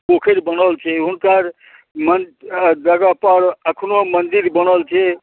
पोखरि बनल छै हुनकर मन जगहपर एखनो मन्दिर बनल छै